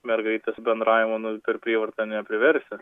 mergaitės bendravimo nu per prievartą nepriversi